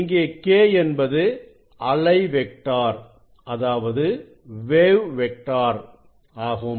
இங்கே k என்பது அலை வெக்டார் ஆகும்